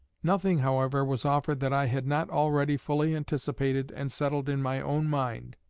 nothing, however, was offered that i had not already fully anticipated and settled in my own mind,